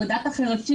אגודת החירשים,